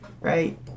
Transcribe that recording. right